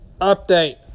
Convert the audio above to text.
update